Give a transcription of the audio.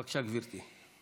בבקשה, גברתי.